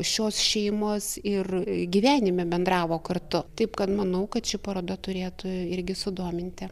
šios šeimos ir gyvenime bendravo kartu taip kad manau kad ši paroda turėtų irgi sudominti